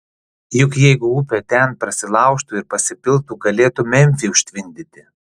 juk jeigu upė ten prasilaužtų ir pasipiltų galėtų memfį užtvindyti